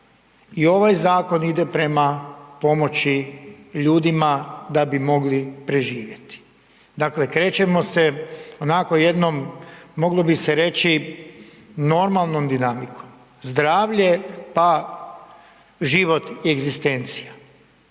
i ovaj zakon ide prema pomoći ljudima da bi mogli preživjeti. Dakle, krećemo se onako jednom moglo bi se reći normalnom dinamikom, zdravlje pa život i egzistencija.